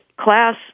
class